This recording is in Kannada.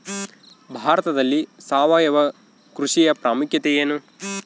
ಭಾರತದಲ್ಲಿ ಸಾವಯವ ಕೃಷಿಯ ಪ್ರಾಮುಖ್ಯತೆ ಎನು?